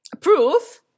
proof